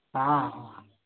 हाँ